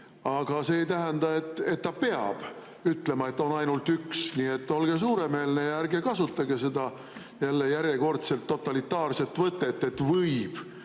aga see ei tähenda, et ta peab ütlema, et on ainult üks. Nii et olge suuremeelne ja ärge kasutage jälle järjekordset totalitaarset võtet, et võib.